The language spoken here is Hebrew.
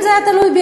אם זה היה תלוי בי,